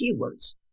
keywords